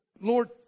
Lord